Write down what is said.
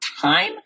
time